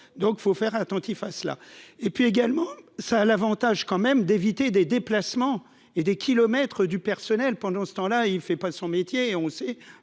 donc faut faire attentif à cela, et puis également, ça a l'avantage quand même d'éviter des déplacements et des kilomètres du personnel pendant ce temps là, il fait pas de son métier, on sait